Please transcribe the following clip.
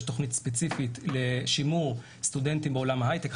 תוכנית ספציפית לשימור סטודנטים בעולם ההייטק.